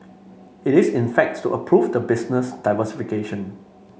it is in fact to approve the business diversification